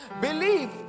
Believe